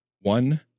one